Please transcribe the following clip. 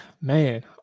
Man